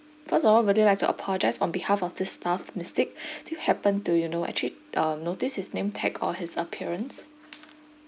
first of all really would like to apologise on behalf of the staff mistake do you happen to you know actually uh notice his name tag or his appearance